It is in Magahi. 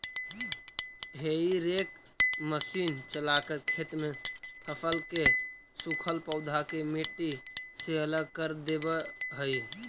हेई रेक मशीन चलाकर खेत में फसल के सूखल पौधा के मट्टी से अलग कर देवऽ हई